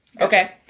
Okay